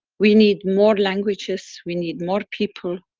we need more languages, we need more people,